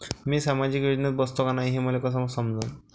मी सामाजिक योजनेत बसतो का नाय, हे मले कस समजन?